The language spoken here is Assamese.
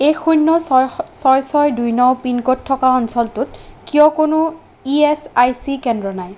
এক শূন্য ছয় ছয় ছয় দুই ন পিনক'ড থকা অঞ্চলটোত কিয় কোনো ই এচ আই চি কেন্দ্র নাই